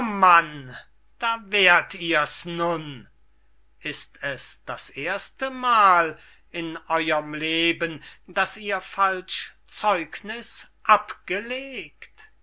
mann da wär't ihr's nun ist es das erstemal in eurem leben daß ihr falsch zeugniß abgelegt